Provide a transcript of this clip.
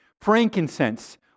Frankincense